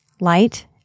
Light